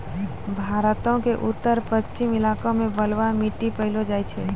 भारतो के उत्तर पश्चिम इलाका मे बलुआ मट्टी पायलो जाय छै